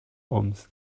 ums